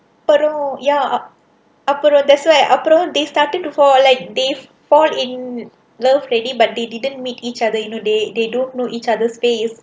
அப்புறம்:appuram ya அப்புறம்:appuram that's why அப்புறம்:appuram they started to fall like they fall in love already but they didn't meet each other you know they they don't know each other face